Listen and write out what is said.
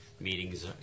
meetings